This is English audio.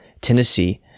Tennessee